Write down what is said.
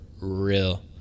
real